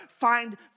find